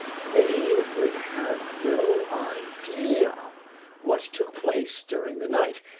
they would have no idea what took place during the night,